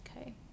okay